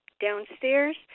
downstairs